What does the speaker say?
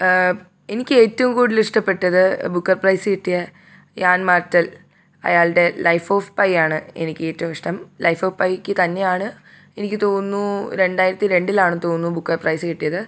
എനിക്ക് ഏറ്റവും കൂടുതൽ ഇഷ്ടപ്പെട്ടത് ബുക്കർ പ്രൈസ് കിട്ടിയ യാൻ മാർട്ടൽ അയാളുടെ ലൈഫ് ഓഫ് പൈയാണ് എനിക്ക് ഏറ്റവും ഇഷ്ടം ലൈഫ് ഓഫ് പൈയ്ക്ക് തന്നെയാണ് എനിക്ക് തോന്നുന്നു രണ്ടായിരത്തി രണ്ടിലാണെന്ന് തോന്നുന്നു ബുക്കെർ പ്രൈസ് കിട്ടിയത്